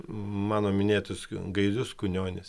mano minėtus gailius kunionis